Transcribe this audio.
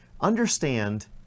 understand